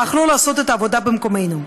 אך לא לעשות את העבודה במקומנו.